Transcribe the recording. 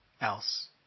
else